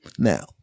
Now